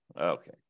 Okay